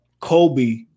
Kobe